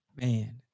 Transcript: Man